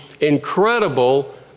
incredible